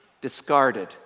discarded